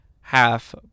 half